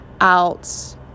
out